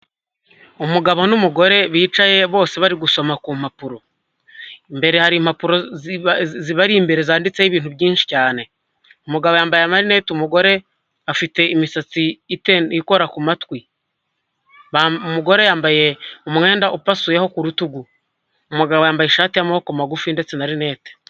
Umugabo n'umugore bicaye bose bari gusoma ku mpapuro, imbere hari impapuro zibari imbere zanditseho ibintu byinshi cyane, umugabo yambaye amarinete, umugore afite imisatsi ikora ku matwi, umugore yambaye umwenda upasuyeho ku rutugu, umugabo yambaye ishati y'amaboko magufi ndetse na rinete.